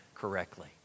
correctly